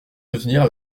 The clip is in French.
soutenir